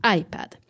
iPad